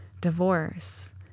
Divorce